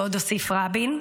ועוד הוסיף רבין: